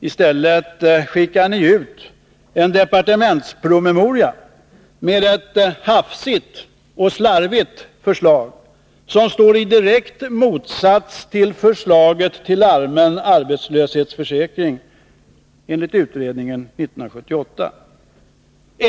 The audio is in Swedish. I stället skickar ni ut en departementspromemoria med ett hafsigt och slarvigt förslag som står i direkt motsats till förslaget om allmän arbetslöshetsförsäkring enligt utredningen 1978.